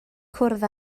cwrdd